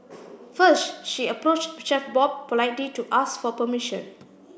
first she approached Chef Bob politely to ask for permission